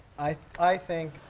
i i think,